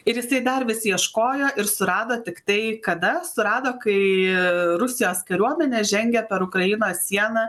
ir jisai dar vis ieškojo ir surado tiktai kada surado kai rusijos kariuomenė žengia per ukrainos sieną